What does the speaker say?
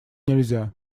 нельзя